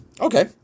Okay